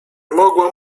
mogłam